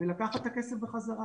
ולקחת את הכסף בחזרה.